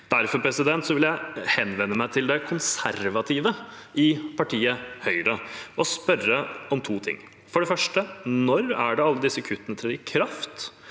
Derfor vil jeg henvende meg til det konservative i partiet Høyre og spørre om to ting. For det første: Når er det alle disse kuttene trer i kraft?